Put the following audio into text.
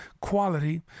quality